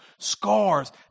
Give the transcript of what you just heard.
scars